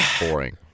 boring